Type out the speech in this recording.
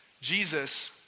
Jesus